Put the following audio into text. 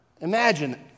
Imagine